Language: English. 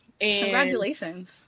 congratulations